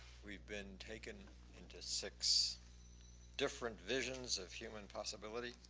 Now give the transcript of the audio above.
we've been taken into six different visions of human possibility,